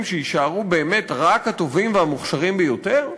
שיישארו באמת רק הטובים והמוכשרים ביותר,